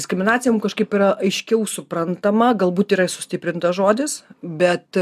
diskriminacija mum kažkaip yra aiškiau suprantama galbūt yra sustiprintas žodis bet